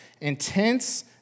intense